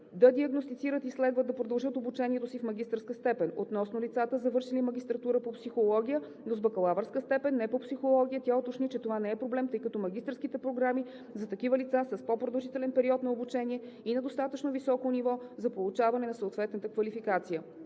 да диагностицират и следва да продължат обучението си в магистърска степен. Относно лицата, завършили магистратура по психология, но с бакалавърска степен не по психология, тя уточни, че това не е проблем, тъй като магистърските програми за такива лица са с по-продължителен период на обучение и на достатъчно високо ниво за получаване на съответната квалификация.